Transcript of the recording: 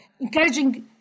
Encouraging